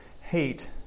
hate